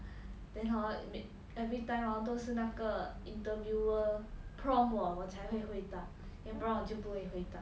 then hor every time hor 都是那个 interviewer prompt 我我才会回答要不然我就不会回答